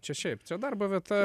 čia šiaip čia darbo vieta